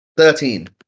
Thirteen